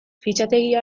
fitxategia